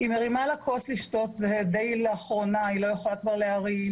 היא מרימה לה כוס לשתות כי מיחסית לאחרונה היא כבר לא יכולה להרים,